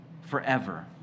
forever